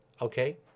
Okay